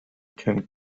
can